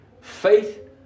faith